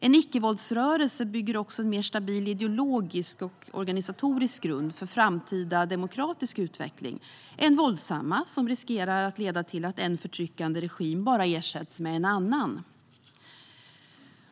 En icke-våldsrörelse bygger också en mer stabil ideologisk och organisatorisk grund för framtida demokratisk utveckling än en våldsam rörelse, som riskerar att leda till att en förtryckande regim bara ersätts med en annan.